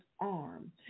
arm